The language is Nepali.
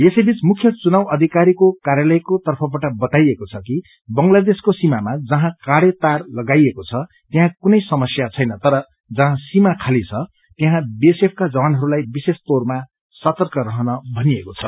यसैबीच मुख्य चुनाव अधिकारीको काय्प्रलयको तर्फबाट बताइएको छ कि बंगलादेशको सीमामा जहाँ काँडे तार लगाइएको छ त्यहाँ कुनै समस्या छैन तर जहाँ सीमा खाली छ त्यहाँ बीएसएफ का जवानहरूलाई विशेष तौरमा सर्तक रहन भनिइएको छ